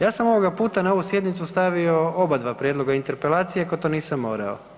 Ja sam ovoga puta na ovu sjednicu stavio oba dva prijedloga o interpelaciji iako to nisam morao.